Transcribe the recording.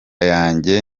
yanjye